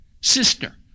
sister